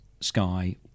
sky